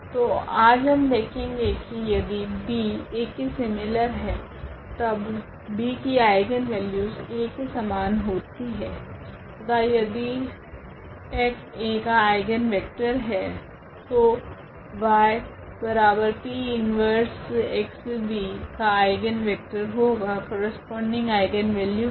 तो आज हम देखेगे की यदि B A के सीमिलर है तब B की आइगनवेल्यूस A के समान होती है तथा यदि x A का आइगनवेक्टर है तो yP 1x B का आइगनवेक्टर होगा करस्पोंडिंग आइगनवेल्यू के लिए